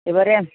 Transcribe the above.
এবারে